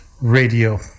Radio